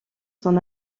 son